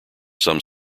some